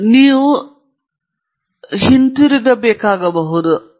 ಇದರರ್ಥ ಕೆಲವೊಮ್ಮೆ ನೀವು ಹಿಂತಿರುಗಬೇಕಾಗಬಹುದು